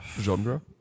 genre